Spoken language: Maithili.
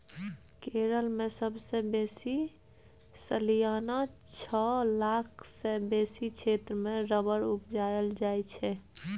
केरल मे सबसँ बेसी सलियाना छअ लाख सँ बेसी क्षेत्र मे रबर उपजाएल जाइ छै